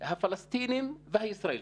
הפלסטינים והישראלים,